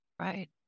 Right